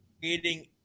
creating